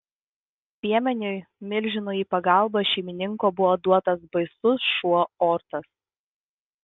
piemeniui milžinui į pagalbą šeimininko buvo duotas baisus šuo ortas